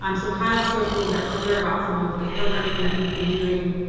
um so kyle spoke a little bit earlier about some of the programming that we've been doing.